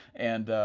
and,